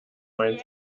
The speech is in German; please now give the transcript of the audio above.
mein